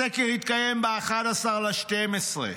הסקר התקיים ב-11 בדצמבר.